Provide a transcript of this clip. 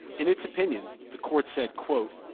in its opinion, the court said, quote,